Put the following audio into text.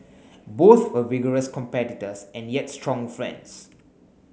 both were vigorous competitors and yet strong friends